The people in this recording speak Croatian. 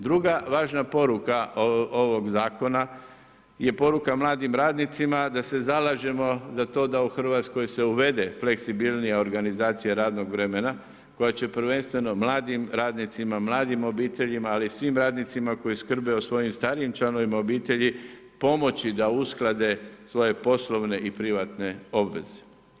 Druga važna poruka ovog Zakona je poruka mladim radnicima da se zalažemo za to da u RH se uvede fleksibilnija organizacija radnog vremena, koje će prvenstveno mladim radnicima, mladim obiteljima, ali i svim radnicima koji skrbe o svojim starijim članovima obitelji pomoći da usklade svoje poslovne i privatne obveze.